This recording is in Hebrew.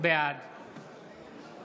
בעד